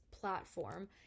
platform